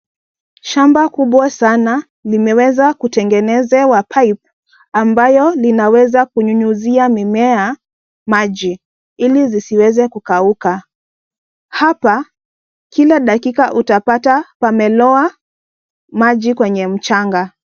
Shamba kubwa sana limeweza kutengenezewa pipe ambayo inaweza kunyunyuzia mimea maji ili zisiweze kukauka. Hapa, kila dakika utapata pamelowa maji kwenye mchanga.